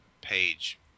page